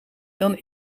dan